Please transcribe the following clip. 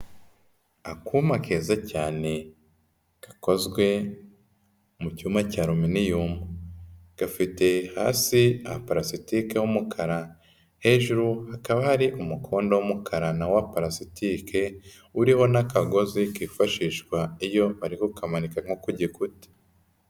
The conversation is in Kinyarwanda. Akuma keza cyane gakozwe mu cyuma cya Aluminium. Gafite hasi palasitike y'umukara, hejuru hakaba hari umukondo w'umukara na wo wa palasitike uriho n'akagozi kifashishwa iyo bari ku kamanika nko ku gikuta.